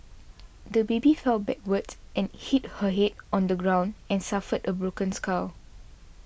the baby fell backwards and hit her head on the ground and suffered a broken skull